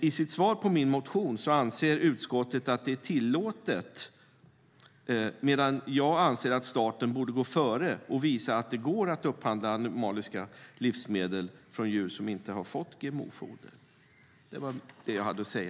I sitt svar på min motion anser utskottet att det är tillåtet, medan jag anser att staten borde gå före och visa att det går att upphandla animaliska livsmedel från djur som inte har fått GMO-foder.